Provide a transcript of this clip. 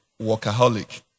workaholic